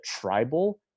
tribal